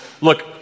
Look